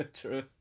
true